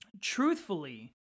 truthfully